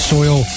Soil